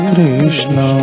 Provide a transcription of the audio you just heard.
Krishna